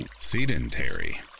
sedentary